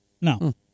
No